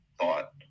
thought